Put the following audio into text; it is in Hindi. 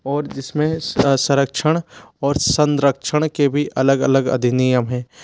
और जिसमें संरक्षण और संरक्षण के भी अलग अलग अधिनियम हैं